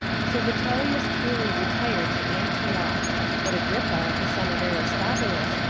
so vitellius truly retired to antioch but agrippa, the son of aristobulus,